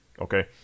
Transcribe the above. okay